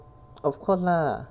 of course lah